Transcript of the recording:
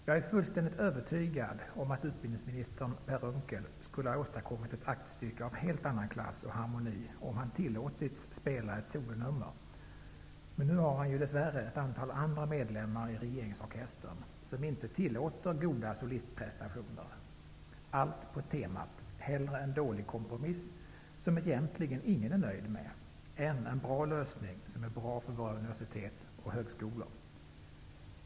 Jag är fullständigt övertygad om att utbildningsministern Per Unckel skulle ha åstadkommit ett aktstycke av helt annan klass och harmoni, om han tillåtits spela ett solonummer -- men nu har han ju dess värre ett antal andra medlemmar i regeringsorkestern som inte tillåter goda solistprestationer. -- Allt på temat: hellre en dålig kompromiss, som egentligen ingen är nöjd med, än en lösning som är bra för våra universitet och högskolor.